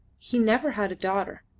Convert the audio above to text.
he never had a daughter.